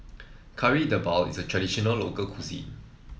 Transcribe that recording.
Kari Debal is a traditional local cuisine